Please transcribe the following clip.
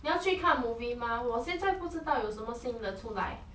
你要去看 movie 吗我现在不知道有什么新的出来